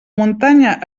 muntanya